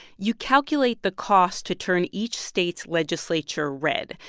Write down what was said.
you calculate the cost to turn each state's legislature red.